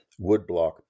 woodblock